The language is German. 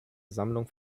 sammlung